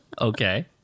Okay